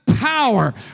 power